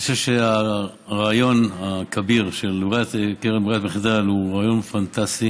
אני חושב שהרעיון הכביר של קרן ברירת מחדל הוא רעיון פנטסטי,